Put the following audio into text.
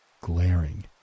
glaring